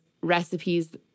recipes